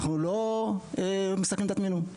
אנחנו לא מסכנים את עצמנו.